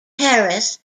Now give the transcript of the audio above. harris